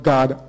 God